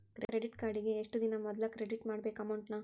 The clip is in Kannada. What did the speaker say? ಕ್ರೆಡಿಟ್ ಕಾರ್ಡಿಗಿ ಎಷ್ಟ ದಿನಾ ಮೊದ್ಲ ಕ್ರೆಡಿಟ್ ಮಾಡ್ಬೇಕ್ ಅಮೌಂಟ್ನ